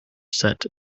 set